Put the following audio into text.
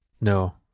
No